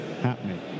happening